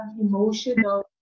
emotional